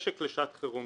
משק לשעת חירום,